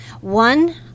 one